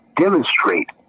demonstrate